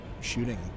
shooting